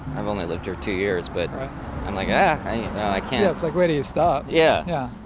i've only lived here two years, but i i can't. yes. it's like where do you start? yeah yeah.